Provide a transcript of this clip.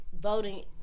Voting